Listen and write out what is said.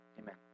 Amen